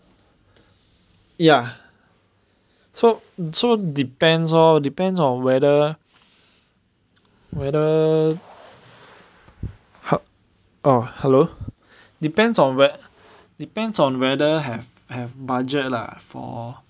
ya so so depends orh depends on whether whether !huh! orh hello depends on whe~ depends on whether have have budget lah